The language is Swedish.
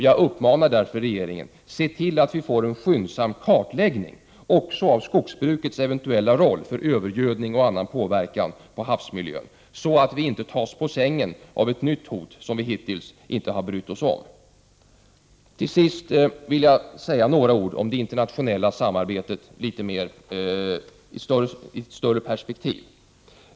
Jag uppmanar därför regeringen: Se till att vi får en skyndsam kartläggning också av skogsbrukets eventuella roll för övergöd ning och annan påverkan på havsmiljön, så att vi inte tas på sängen av ett nytt hot som vi hittills inte brytt oss om. Till sist vill jag säga några ord om det internationella samarbetet i ett större perspektiv.